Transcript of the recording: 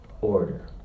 order